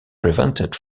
prevented